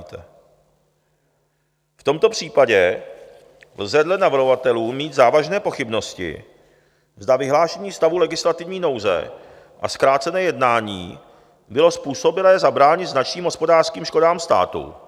V tomto případě lze dle navrhovatelů mít závažné pochybnosti, zda vyhlášení stavu legislativní nouze a zkrácené jednání bylo způsobilé zabránit značným hospodářským škodám státu.